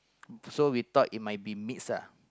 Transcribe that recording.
so we thought it might be mix ah